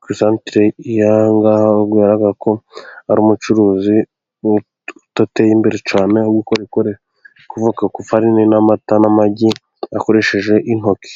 Ku isantire y'aha ng'aha, aho bigarargara ko ari umucuruzi udateye imbere cyane, kuko ari gukora ibikomoka ku ifarini n'amata n'amagi akoresheje intoki.